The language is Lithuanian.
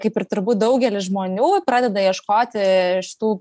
kaip ir turbūt daugelis žmonių pradeda ieškoti tų